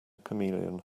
chameleon